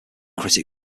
critic